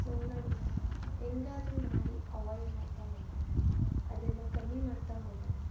so ನಾವು ಹೆಂಗಾದ್ರು ಮಾಡಿ ಅವಾಯ್ಡ್ ಮಾಡ್ತಾ ಹೋಗೋಣ ಅದನ್ನು ಕಮ್ಮಿ ಮಾಡ್ತಾ ಹೋಗೋಣ